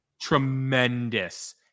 Tremendous